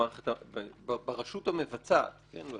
ברשות המבצעת לצורך העניין,